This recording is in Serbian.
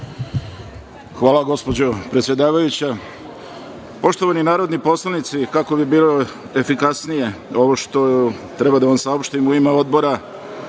Hvala, gospođo predsedavajuća. Poštovani narodni poslanici, kako bi bilo efikasnije ovo što treba da vam saopštim u ime Odbora,